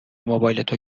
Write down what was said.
موبایلتو